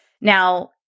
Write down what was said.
Now